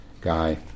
guy